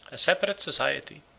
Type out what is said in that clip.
a separate society,